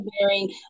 wearing